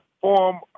form